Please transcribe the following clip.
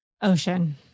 ocean